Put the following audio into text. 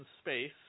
space